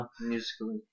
Musically